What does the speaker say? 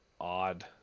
odd